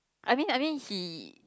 I mean I mean he